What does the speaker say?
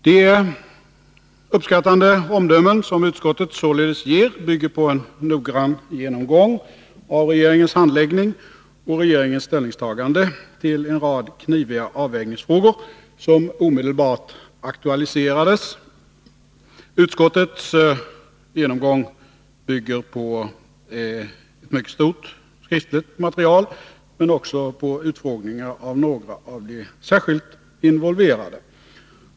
De uppskattande omdömen som utskottet således ger bygger på en noggrann genomgång av regeringens handläggning och regeringens ställningstagande till en rad kniviga avvägningsfrågor, som omedelbart aktualiserades. Utskottets genomgång bygger på ett mycket stort skriftligt material men också på utfrågningar av några av de särskilt involverade.